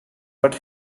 but